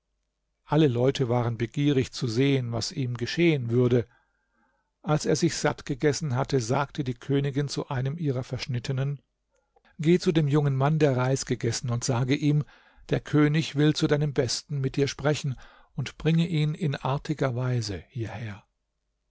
alle leute waren begierig zu sehen was ihm geschehen würde als er sich satt gegessen hatte sagte die königin zu einem ihrer verschnittenen geh zu dem jungen mann der reis gegessen und sage ihm der könig will zu deinem besten mit dir sprechen und bringe ihn in artiger weise hierher